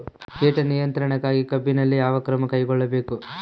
ಕೇಟ ನಿಯಂತ್ರಣಕ್ಕಾಗಿ ಕಬ್ಬಿನಲ್ಲಿ ಯಾವ ಕ್ರಮ ಕೈಗೊಳ್ಳಬೇಕು?